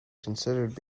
considered